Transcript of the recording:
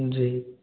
जी